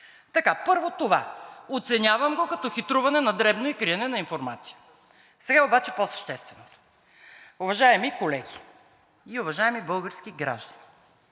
месеца? Първо, това го оценявам като хитруване на дребно и криене на информация. Сега обаче по-същественото. Уважаеми колеги и уважаеми български граждани,